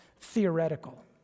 theoretical